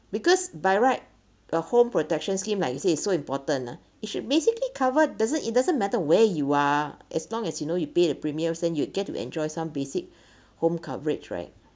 because by right a home protection scheme like you say it's so important ah it should basically covered doesn't it doesn't matter where you are as long as you know you pay the premiums and you get to enjoy some basic home coverage right